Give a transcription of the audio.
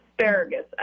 asparagus